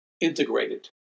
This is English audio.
integrated